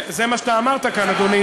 זה מה שאתה אמרת כאן,